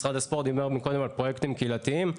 משרד הספורט דיבר מקודם על פרויקטים קהילתיים.